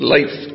Life